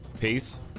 Peace